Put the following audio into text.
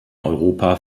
europa